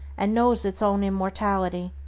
and knows its own immortality.